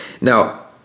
Now